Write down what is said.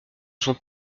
sont